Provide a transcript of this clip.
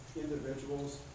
individuals